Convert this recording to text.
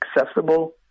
accessible